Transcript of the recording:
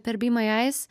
per be my eyes